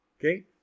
Okay